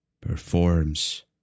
performs